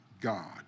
God